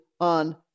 on